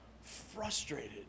frustrated